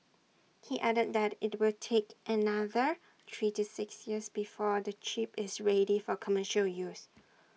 he added that IT will take another three to six years before the chip is ready for commercial use